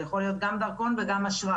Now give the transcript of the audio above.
זה יכול להיות גם דרכון וגם אשרה.